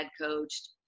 coached